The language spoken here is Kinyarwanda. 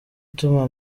utuma